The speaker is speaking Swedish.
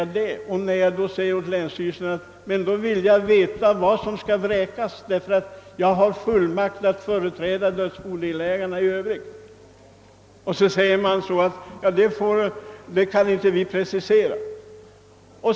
I den situationen anhöll jag hos länsstyrelsen att få veta vem som skulle vräkas, eftersom jag hade fullmakt att i övrigt företräda dödsbodelägarna. Då svarade man: Det kan vi inte precisera.